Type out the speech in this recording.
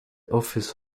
office